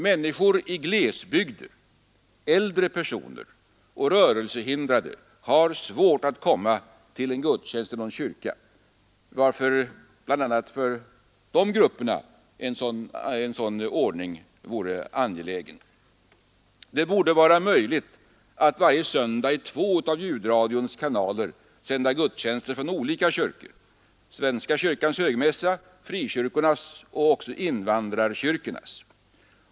Människor i glesbygd, äldre personer och rörelsehindrade har svårt att komma till en gudstjänst i någon kyrka. Bl. a. för dessa grupper vore det därför angeläget att TV söndagligen sände en gudstjänst. Det borde vara möjligt att varje söndag i två av ljudradions kanaler sända gudstjänster från olika kyrkor: svenska kyrkans högmässa, frikyrkornas och även invandrarkyrkornas.